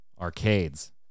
Arcades